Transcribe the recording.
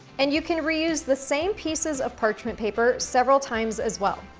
and you can reuse the same pieces of parchment paper several times, as well.